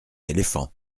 éléphant